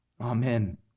Amen